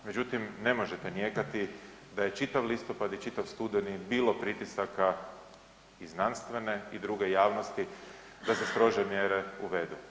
Međutim ne možete nijekati da je čitav listopad i čitav studeni bilo pritisaka i znanstvene i druge javnosti da se strože mjere uvedu.